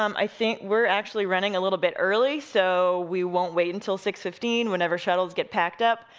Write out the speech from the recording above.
um i think, we're actually running a little bit early, so we won't wait until six fifteen, whenever shuttles get packed up,